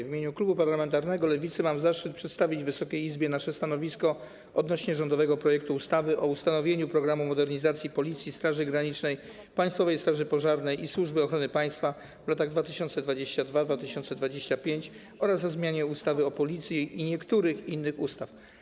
W imieniu klubu parlamentarnego Lewicy mam zaszczyt przedstawić Wysokiej Izbie nasze stanowisko w sprawie rządowego projektu ustawy o ustanowieniu „Programu modernizacji Policji, Straży Granicznej, Państwowej Straży Pożarnej i Służby Ochrony Państwa w latach 2022-2025” oraz o zmianie ustawy o Policji i niektórych innych ustaw.